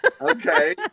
Okay